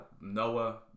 Noah